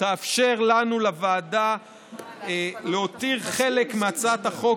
תאפשר לנו לוועדה להותיר חלק מהצעת החוק